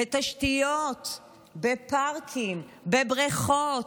בתשתיות, בפארקים, בבריכות,